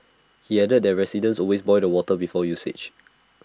he added that residents always boil the water before usage